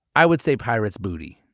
i would say pirate's booty.